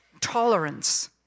tolerance